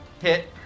Hit